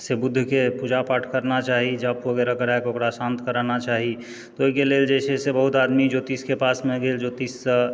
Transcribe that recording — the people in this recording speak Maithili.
से बुधके पूजा पाठ करना चाही जप वगैरह करा कऽ ओकरा शान्त करना चाही ओहिके लेल जे छै से बहुत आदमी ज्योतिषके पासमे गेल ज्योतिषसँ